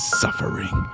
suffering